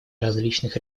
различных